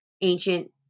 ancient